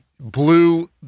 Blue